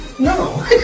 No